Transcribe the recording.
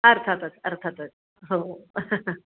अर्थातच अर्थातच हो